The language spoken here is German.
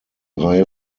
reihe